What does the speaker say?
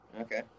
Okay